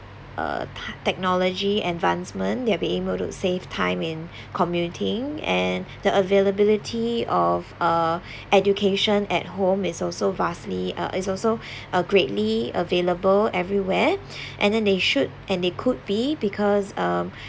uh t~ technology advancement that have been able to save time in commuting and the availability of uh education at home is also vastly uh it's also uh greatly available everywhere and then they should and they could be because um